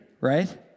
right